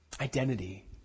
identity